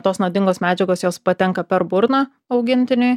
tos nuodingos medžiagos jos patenka per burną augintiniui